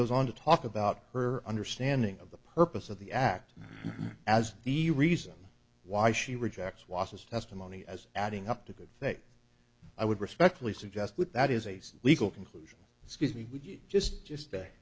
goes on to talk about her understanding of the purpose of the act as the reason why she rejects wasis testimony as adding up to a good thing i would respectfully suggest with that is a legal conclusion excuse me would you just just day